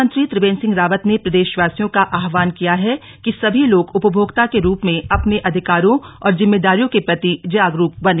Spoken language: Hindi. मुख्यमंत्री त्रिवेन्द्र सिंह रावत ने प्रदे ावासियों का आहवान किया है कि सभी लोग उपभोक्ता के रूप में अपने अधिकारों और जिम्मेदारियों के प्रति जागरूक बने